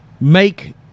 make